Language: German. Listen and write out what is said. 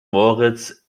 moritz